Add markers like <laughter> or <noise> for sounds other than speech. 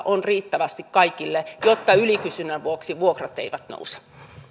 <unintelligible> on riittävästi kaikille jotta ylikysynnän vuoksi vuokrat eivät nouse